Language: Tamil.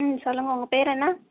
ம் சொல்லுங்கள் உங்கள் பேர் என்ன